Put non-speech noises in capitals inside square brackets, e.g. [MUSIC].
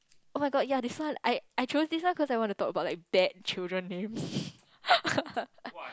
oh-my-god ya this one I I chose this one cause I want to talk about like bad children names [BREATH] [LAUGHS]